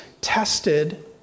tested